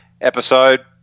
episode